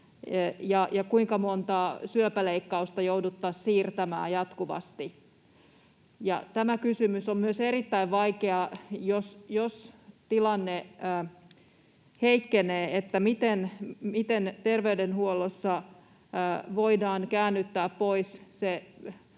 ja kuinka monta syöpäleikkausta jouduttaisiin siirtämään jatkuvasti. On myös erittäin vaikea kysymys, että jos tilanne heikkenee, miten terveydenhuollossa voidaan käännyttää pois